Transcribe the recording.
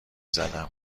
زدم